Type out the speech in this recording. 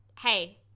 Hey